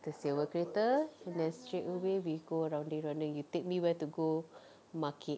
kita sewa kereta then straightaway we go rounding rounding you take me where to go market